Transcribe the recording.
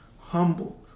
humble